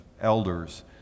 elders